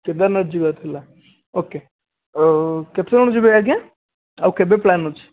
କେଦାରନାଥ ଯିବାର ଥିଲା ଓକେ କେତେଜଣ ଯିବେ ଆଜ୍ଞା ଆଉ କେବେ ପ୍ଲାନ୍ ଅଛି